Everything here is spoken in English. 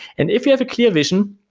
and if you have a clear vision,